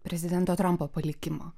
prezidento trampo palikimo